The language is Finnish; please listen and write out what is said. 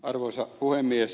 arvoisa puhemies